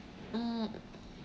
mm